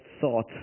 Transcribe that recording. thought